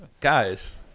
Guys